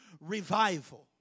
revival